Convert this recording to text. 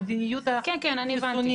זה על מדיניות החיסונים,